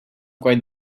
quite